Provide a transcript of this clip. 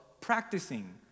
practicing